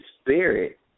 spirit